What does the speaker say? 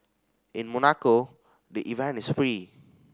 in Monaco the event is free